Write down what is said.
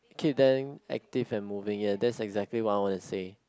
keep them active and moving ya that's exactly what I wanna say